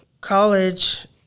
college